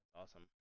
awesome